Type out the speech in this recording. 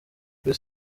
kuri